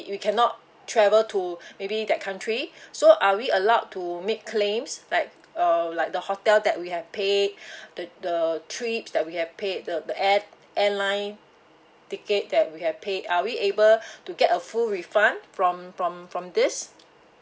we cannot travel to maybe that country so are we allowed to make claims like uh like the hotel that we have pay the the trip that we have paid the the air airline ticket that we have paid are we able to get a full refund from from from this